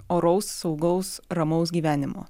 oraus saugaus ramaus gyvenimo